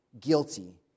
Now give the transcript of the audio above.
Guilty